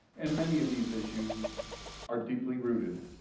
and many of these issues are deeply rooted.